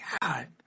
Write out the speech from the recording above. God